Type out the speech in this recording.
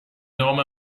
نام